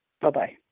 Bye-bye